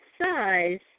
size